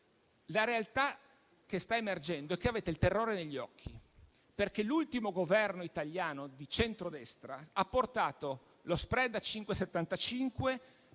La realtà che sta emergendo è che avete il terrore negli occhi, perché l'ultimo Governo italiano di centrodestra ha portato lo *spread* a 5,75,